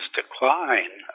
decline